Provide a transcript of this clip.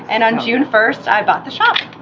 and on june first i bought the shop!